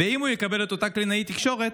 ואם הוא יקבל את אותה קלינאית תקשורת,